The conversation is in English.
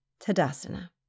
Tadasana